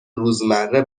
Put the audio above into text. روزمره